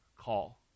call